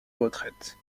retraite